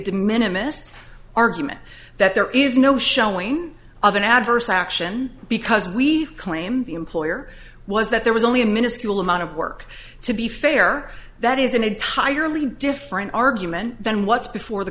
minimus argument that there is no showing of an adverse action because we claim the employer was that there was only a minuscule amount of work to be fair that is an entirely different argument than what's before the